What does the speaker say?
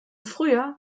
frühjahr